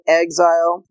exile